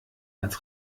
als